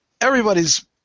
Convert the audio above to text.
everybody's